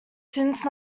since